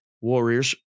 Warriors